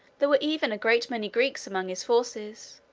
there were even a great many greeks among his forces,